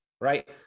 right